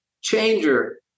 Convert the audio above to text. changer